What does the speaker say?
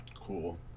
Cool